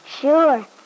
Sure